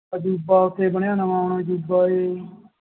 ਅਜੂਬਾ ਉੱਥੇ ਬਣਿਆ ਨਵਾਂ ਹੁਣ ਅਜੂਬਾ ਹੈ